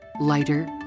Lighter